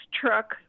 truck